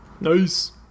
Nice